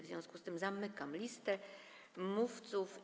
W związku z tym zamykam listę mówców.